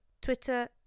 Twitter